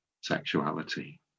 sexuality